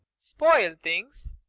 spoil things?